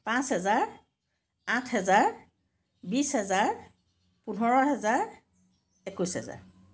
পাঁচ হাজাৰ আঠ হাজাৰ বিশ হাজাৰ পোন্ধৰ হাজাৰ একৈশ হাজাৰ